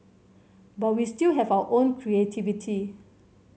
but we still have our creativity